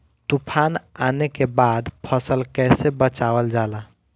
तुफान आने के बाद फसल कैसे बचावल जाला?